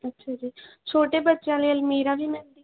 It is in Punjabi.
ਅੱਛਾ ਜੀ ਛੋਟੇ ਬੱਚਿਆਂ ਲਈ ਅਲਮੀਰਾ ਵੀ ਮਿਲਦੀ ਹੈ